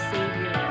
Savior